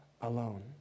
alone